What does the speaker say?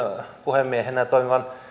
puhemiehenä toimivan